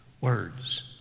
words